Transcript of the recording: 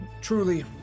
truly